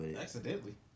Accidentally